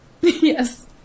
yes